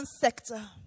sector